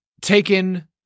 taken